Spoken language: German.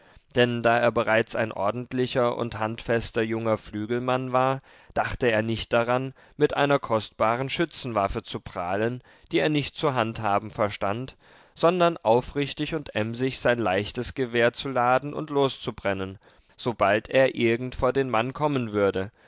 denn da er bereits ein ordentlicher und handfester junger flügelmann war dachte er nicht daran mit einer kostbaren schützenwaffe zu prahlen die er nicht zu handhaben verstand sondern aufrichtig und emsig sein leichtes gewehr zu laden und loszubrennen sobald er irgend vor den mann kommen würde